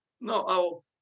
no